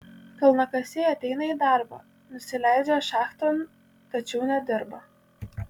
kalnakasiai ateina į darbą nusileidžia šachton tačiau nedirba